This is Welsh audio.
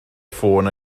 ffôn